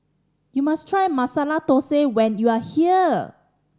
you must try Masala Thosai when you are here